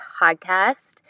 Podcast